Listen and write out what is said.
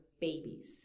babies